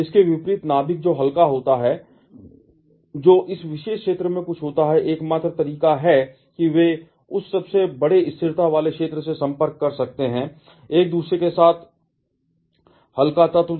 इसके विपरीत नाभिक जो हल्का होता है जो इस विशेष क्षेत्र में कुछ होता है एकमात्र तरीका है कि वे उस सबसे बड़े स्थिरता वाले क्षेत्र से संपर्क कर सकते हैं एक दूसरे के साथ कंघी करके हल्का तत्व